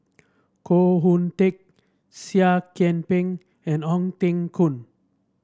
Koh Hoon Teck Seah Kian Peng and Ong Teng Koon